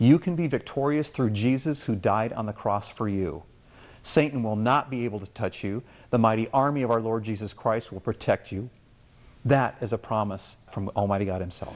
you can be victorious through jesus who died on the cross for you satan will not be able to touch you the mahdi army of our lord jesus christ will protect you that is a promise from almighty god himself